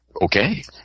Okay